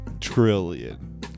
trillion